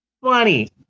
Funny